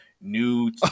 new